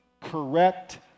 correct